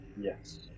Yes